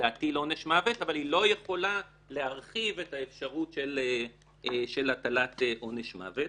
להטיל עונש מוות אבל היא לא יכולה להרחיב את האפשרות של הטלת עונש מוות.